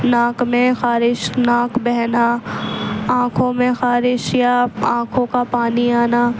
ناک میں خارش ناک بہنا آنکھوں میں خارش یا آنکھوں کا پانی آنا